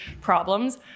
problems